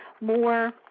more